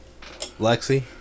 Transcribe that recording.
Lexi